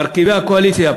מרכיבי הקואליציה,